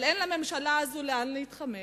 אבל אין לממשלה הזאת לאן להתחמק,